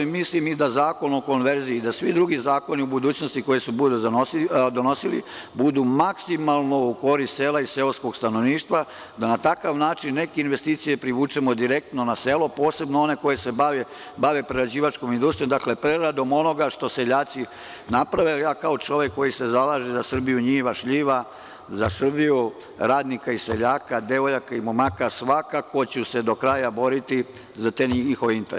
Mislim i da zakon o konverziji i da svi drugi zakoni u budućnosti koji se budu donosili budu maksimalno u korist sela i seoskog stanovništva, da na takav način neke investicije privučemo direktno na selo, posebno one koje se bave prerađivačkom industrijom, dakle, preradom onoga što seljaci naprave, jer ja kao čovek koji se zalaže za Srbiju njiva, šljiva, za Srbiju radnika i seljaka, devojaka i momaka, svakako ću se do kraja boriti za te njihove interese.